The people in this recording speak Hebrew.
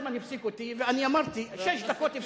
אדוני, כל הזמן הפסיקו אותי, ואני אמרתי שש דקות.